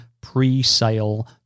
pre-sale